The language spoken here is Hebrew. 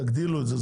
תגדילו את זה,